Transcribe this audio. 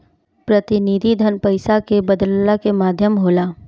प्रतिनिधि धन पईसा के बदलला के माध्यम होला